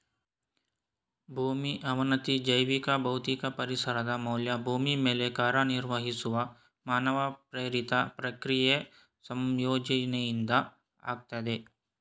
ಭೂಮಿ ಅವನತಿ ಜೈವಿಕ ಭೌತಿಕ ಪರಿಸರದ ಮೌಲ್ಯ ಭೂಮಿ ಮೇಲೆ ಕಾರ್ಯನಿರ್ವಹಿಸುವ ಮಾನವ ಪ್ರೇರಿತ ಪ್ರಕ್ರಿಯೆ ಸಂಯೋಜನೆಯಿಂದ ಆಗ್ತದೆ